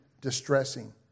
distressing